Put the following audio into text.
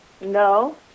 No